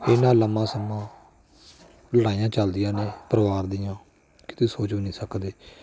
ਇੰਨਾਂ ਲੰਮਾ ਸਮਾਂ ਲੜਾਈਆਂ ਚੱਲਦੀਆਂ ਨੇ ਪਰਿਵਾਰ ਦੀਆਂ ਕਿ ਤੁਸੀਂ ਸੋਚ ਵੀ ਨਹੀਂ ਸਕਦੇ